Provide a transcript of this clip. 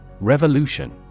Revolution